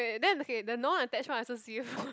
wait wait wait then okay the non attach I also see